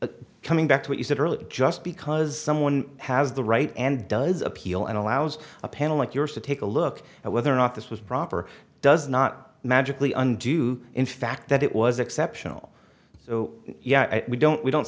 coming back to what you said earlier just because someone has the right and does appeal and allows a panel like yours to take a look at whether or not this was proper does not magically undo in fact that it was exceptional so yeah we don't we don't